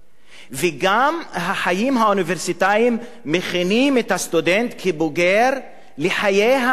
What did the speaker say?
וגם החיים האוניברסיטאיים מכינים את הסטודנט כבוגר לעתיד ולחיים.